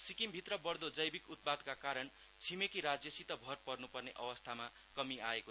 सिक्किमभित्र बढ़दो जैविक उत्पादका कारण छिमेकी राज्यसित भर पर्न्पर्ने अवस्थामा कमि आयो